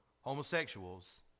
homosexuals